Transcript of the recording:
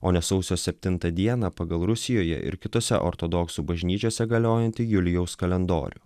o ne sausio septintą dieną pagal rusijoje ir kitose ortodoksų bažnyčiose galiojantį julijaus kalendorių